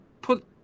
put